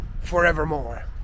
forevermore